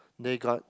they got